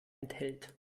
enthält